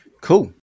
cool